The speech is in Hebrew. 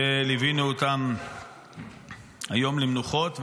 שליווינו היום למנוחות.